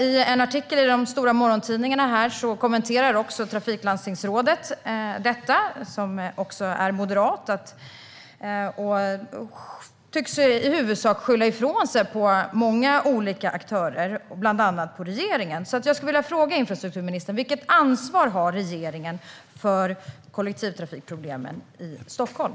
I en artikel i de stora morgontidningarna tycks trafiklandstingsrådet, också moderat, i huvudsak skylla ifrån sig på många olika aktörer, bland annat regeringen. Jag vill fråga infrastrukturministern vilket ansvar regeringen har för kollektivtrafikproblemen i Stockholm.